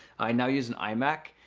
i now use an imac.